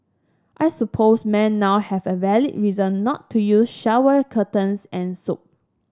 I suppose men now have a valid reason not to use shower curtains and soap